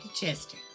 Chester